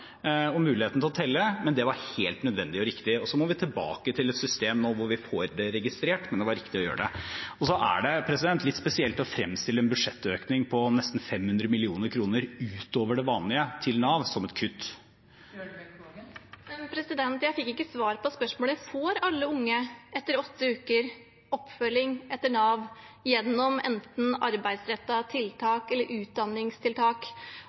muligheten til å telle, men det var helt nødvendig og riktig. Vi må tilbake til et system nå hvor vi får det registrert, men det var riktig å gjøre det. Så er det litt spesielt å fremstille en budsjettøkning på nesten 500 mill. kr utover det vanlige til Nav som et kutt. Jeg fikk ikke svar på spørsmålet. Får alle unge etter åtte uker oppfølging av Nav gjennom enten arbeidsrettede tiltak eller utdanningstiltak?